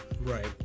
Right